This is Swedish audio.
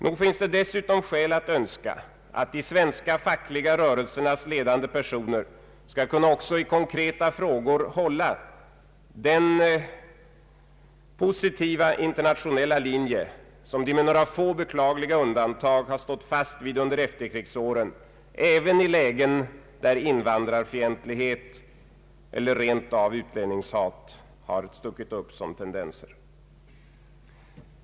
Nog finns det dessutom skäl att önska att de svenska fackliga rörelsernas ledande personer skall kunna också i konkreta frågor hålla den positiva internationella linje som de — med några få beklagliga undantag — har stått fast vid under efterkrigstiden, även i lägen där tendenser till invandrarfientlighet eller rent av utlänningshat har stuckit upp.